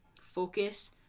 focus